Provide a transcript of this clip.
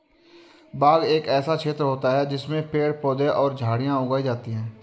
बाग एक ऐसा क्षेत्र होता है जिसमें पेड़ पौधे और झाड़ियां उगाई जाती हैं